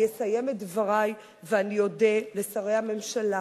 אני אסיים את דברי ואודה לשרי הממשלה.